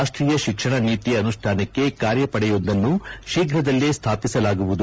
ರಾಷ್ಟೀಯ ಶಿಕ್ಷಣ ನೀತಿ ಅನುಷ್ಠಾನಕ್ಕೆ ಕಾರ್ಯಪಡೆಯೊಂದನ್ನು ಶೀಫ್ರದಲ್ಲೇ ಸ್ಥಾಪಿಸಲಾಗುವುದು